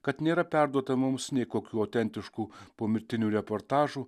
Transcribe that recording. kad nėra perduota mums nei kokių autentiškų pomirtinių reportažų